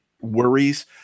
worries